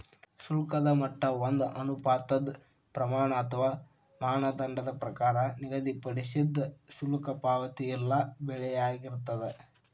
ಶುಲ್ಕದ ಮಟ್ಟ ಒಂದ ಅನುಪಾತದ್ ಪ್ರಮಾಣ ಅಥವಾ ಮಾನದಂಡದ ಪ್ರಕಾರ ನಿಗದಿಪಡಿಸಿದ್ ಶುಲ್ಕ ಪಾವತಿ ಇಲ್ಲಾ ಬೆಲೆಯಾಗಿರ್ತದ